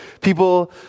people